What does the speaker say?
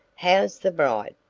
how's the bride?